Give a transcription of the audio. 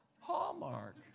Hallmark